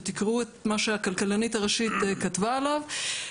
ותקראו את מה שהכלכלנית הראשית כתבה עליו,